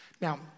Now